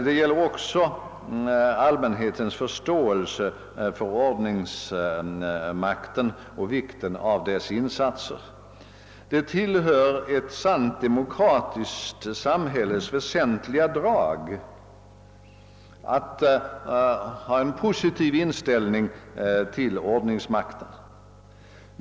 Det gäller också allmänhetens förståelse för ordningsmakten och för vikten av dess insatser. Det är ett av ett sant demokratiskt samhälles väsentliga drag att allmänheten har en positiv inställning till ordningsmakten.